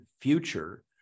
future